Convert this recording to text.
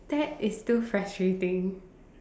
that is still frustrating